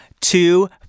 two